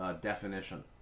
definition